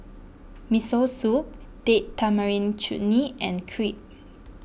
Miso Soup Date Tamarind Chutney and Crepe